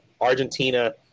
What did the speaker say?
Argentina